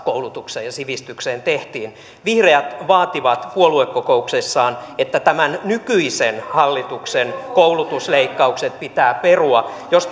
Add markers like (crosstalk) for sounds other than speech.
koulutukseen ja sivistykseen tehtiin vihreät vaativat puoluekokouksessaan että tämän nykyisen hallituksen koulutusleikkaukset pitää perua jos (unintelligible)